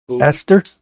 Esther